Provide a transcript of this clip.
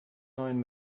neuen